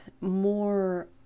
more